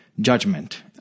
judgment